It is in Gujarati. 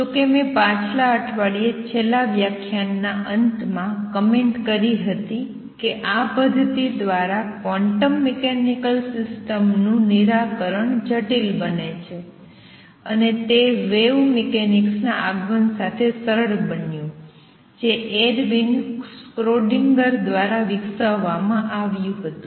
જો કે મેં પાછલા અઠવાડિયે છેલ્લા વ્યાખ્યાનના અંત માં કમેંટ કરી હતી કે આ પદ્ધતિ દ્વારા ક્વોન્ટમ મિકેનિકલ સિસ્ટમ્સ નું નિરાકરણ જટિલ બને છે અને તે વેવ મિકેનિક્સના આગમન સાથે સરળ બન્યું હતું જે એર્વિન સ્ક્રોડિંગર દ્વારા વિકસાવવામાં આવ્યું હતું